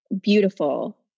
beautiful